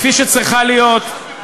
כפי שצריכה להיות,